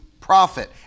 profit